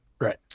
Right